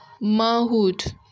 manhood